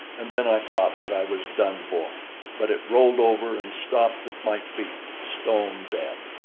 and then i thought that i was done for but it rolled over and stopped at my feet, stone dead.